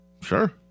Sure